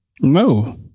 No